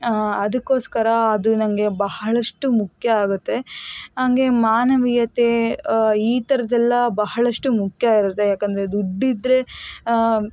ಅದಕ್ಕೋಸ್ಕರ ಅದು ನನಗೆ ಬಹಳಷ್ಟು ಮುಖ್ಯ ಆಗುತ್ತೆ ಹಾಗೆ ಮಾನವೀಯತೆ ಈ ಥರದ್ದೆಲ್ಲ ಬಹಳಷ್ಟು ಮುಖ್ಯ ಇರುತ್ತೆ ಯಾಕೆದರೆ ದುಡ್ಡಿದ್ದರೆ